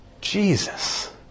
Jesus